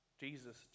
Jesus